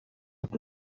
قدم